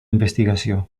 investigació